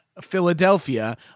Philadelphia